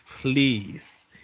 Please